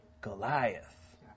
Goliath